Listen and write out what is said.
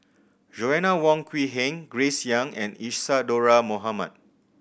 Joanna Wong Quee Heng Grace Young and Isadhora Mohamed